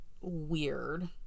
weird